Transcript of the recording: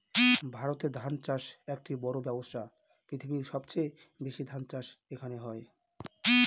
ভারতে ধান চাষ একটি বড়ো ব্যবসা, পৃথিবীর সবচেয়ে বেশি ধান চাষ এখানে হয়